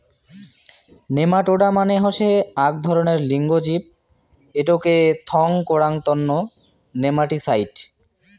nematoda মানে হসে আক ধরণের লিঙ্গ জীব এটোকে থং করাং তন্ন নেমাটিসাইড